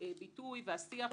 הביטוי והשיח.